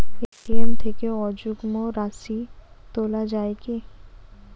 ATM থেকে অযুগ্ম রাশি তোলা য়ায় কি?